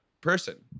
person